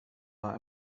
war